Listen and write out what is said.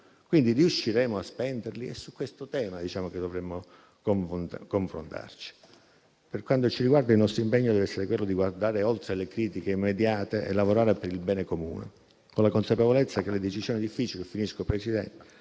Sud. Riusciremo a spenderli? È su questo tema che dovremmo confrontarci. Per quanto ci riguarda, il nostro impegno deve essere quello di guardare oltre le critiche immediate e lavorare per il bene comune, con la consapevolezza che le decisioni difficili di oggi saranno